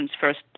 first